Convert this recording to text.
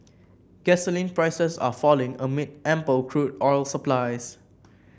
gasoline prices are falling amid ample crude oil supplies